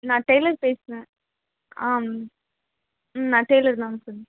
நான் டெய்லர் பேசுகிறேன் ஆ ம் நான் டெய்லர் தான் சொல்